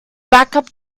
backup